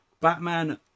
Batman